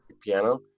piano